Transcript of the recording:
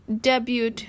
debut